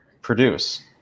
produce